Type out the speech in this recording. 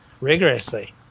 rigorously